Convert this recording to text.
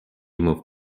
moved